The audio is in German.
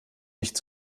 nicht